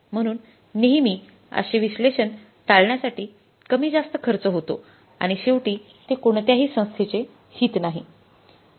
म्हणून नेहमी असे विश्लेषण टाळण्यासाठी कमी जास्त खर्च होतो आणि शेवटी ते कोणत्याही संस्थेचे हित नाही